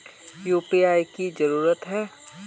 UPI की जरूरी है?